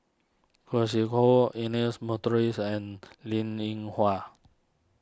Khoo Sui Hoe Ernest Monteiro and Linn in Hua